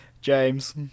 James